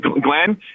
Glenn